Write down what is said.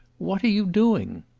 what are you doing?